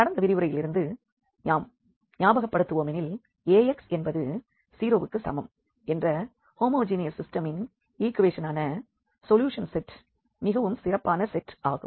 கடந்த விரிவுரையில் இருந்து நாம் ஞாபகப்படுத்துவோமெனில் Ax என்பது 0 வுக்கு சமம் என்ற ஹோமோஜிநியஸ் சிஸ்டமின் ஈக்வேஷனான சொல்யூஷன் செட் மிகவும் சிறப்பான செட் ஆகும்